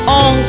on